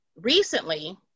recently